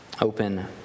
open